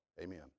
Amen